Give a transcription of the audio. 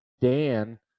Dan